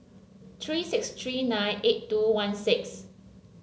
three six three nine eight two one six